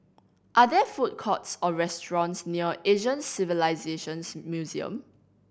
are there food courts or restaurants near Asian Civilisations Museum